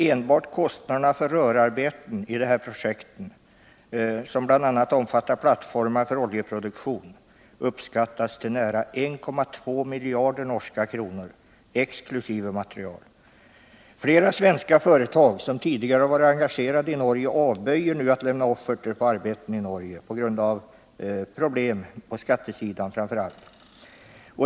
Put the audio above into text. Enbart kostnaderna för rörarbeten i dessa projekt, som bl.a. omfattar plattformar för oljeproduktion, uppskattas till nära 1,2 miljarder norska kronor, exkl. material. Flera svenska företag, som tidigare har varit engagerade i Norge, avböjer nu att lämna offerter på arbeten i Norge på grund av problem på framför allt skattesidan.